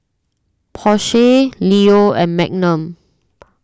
Porsche Leo and Magnum